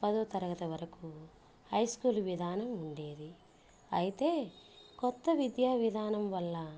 పదో తరగతి వరకు హై స్కూల్ విధానం ఉండేది అయితే కొత్త విద్యా విధానం వల్ల